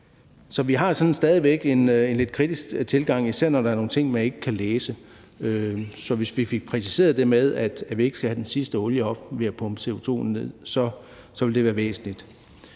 Så vi har sådan stadig væk en lidt kritisk tilgang, især når der er nogle ting, der ikke står noget om i lovforslaget. Hvis vi fik det præciseret, altså at vi ikke skal have den sidste olie op ved at pumpe CO2'en ned, så vil det være væsentligt.